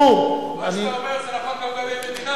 מה שאתה אומר נכון גם לגבי המדינה.